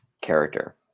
character